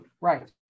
Right